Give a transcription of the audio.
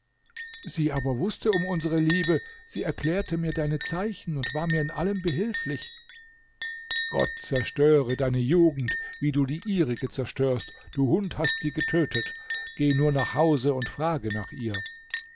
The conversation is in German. sie aber wußte um unsere liebe sie erklärte mir deine zeichen und war mir in allem behilflich gott zerstöre deine jugend wie du die ihrige zerstört du hund hast sie getötet geh nur nach hause und frage nach ihr